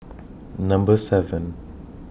Number seven